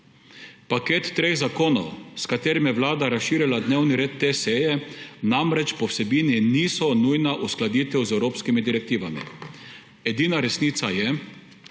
Paket treh zakonov, s katerimi je Vlada razširjala dnevni red te seje, namreč po vsebini niso nujna uskladitev z evropskimi direktivami. Edina resnica je,